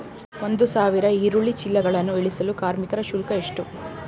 ಒಂದು ಸಾವಿರ ಈರುಳ್ಳಿ ಚೀಲಗಳನ್ನು ಇಳಿಸಲು ಕಾರ್ಮಿಕರ ಶುಲ್ಕ ಎಷ್ಟು?